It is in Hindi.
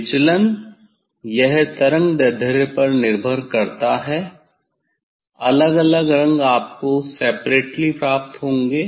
विचलन यह तरंगदैर्ध्य पर निर्भर करता है अलग अलग रंग आपको सेपरटेली प्राप्त होंगे